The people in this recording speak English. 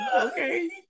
Okay